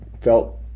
felt